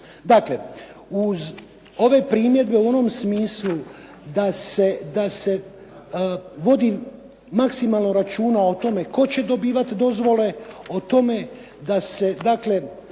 Dakle, uz ove primjedbe u onom smislu da se vodi maksimalno računa o tome tko će dobivat dozvole, o tome da se